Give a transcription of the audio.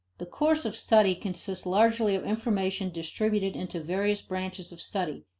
the course of study consists largely of information distributed into various branches of study,